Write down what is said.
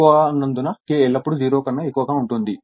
K ఎక్కువగా ఉన్నందున K ఎల్లప్పుడూ 0 కన్నా ఎక్కువగా ఉంటుంది